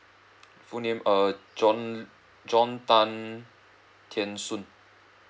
full name err john john tan tien soon